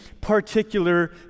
particular